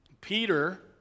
Peter